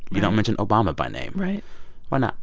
you don't mention obama by name right why not?